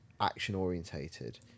action-orientated